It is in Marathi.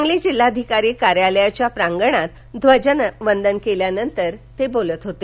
सांगली जिल्हाधिकारी कार्यालयाच्या प्रांगणात ध्वजवंदन केल्यानंतर ते बोलत होते